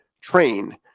train